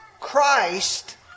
Christ